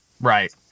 right